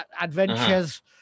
adventures